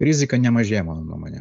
rizika nemažėja mano nuomone